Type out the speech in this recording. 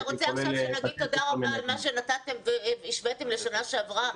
אתה רוצה עכשיו שנגיד תודה רבה על מה שנתתם והשוואתם לשנה שעברה?